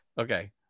Okay